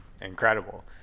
incredible